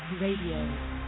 Radio